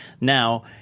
Now